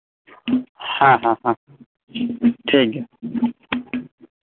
ᱦᱮᱸ ᱦᱮᱸ ᱴᱷᱤᱠᱜᱮᱭᱟ